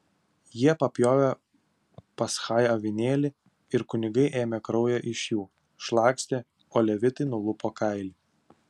jie papjovė paschai avinėlį ir kunigai ėmė kraują iš jų šlakstė o levitai nulupo kailį